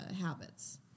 habits